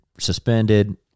Suspended